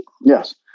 Yes